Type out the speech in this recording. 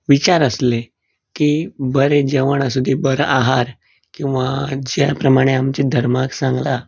विचार आसले की बरें जेवण आसुंदी बरो आहार किंवां जे प्रमाणे आमच्या धर्मांत सांगलां